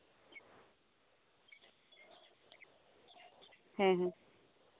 ᱦᱮᱸ ᱦᱮᱸ